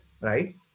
right